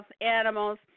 animals